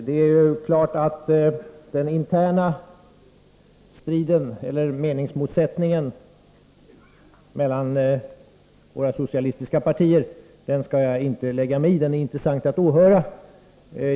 Herr talman! Den interna meningsmotsättningen mellan våra socialistiska partier skall inte jag självfallet lägga mig i. Den är intressant att åhöra.